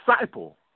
disciple